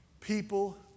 people